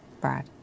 Brad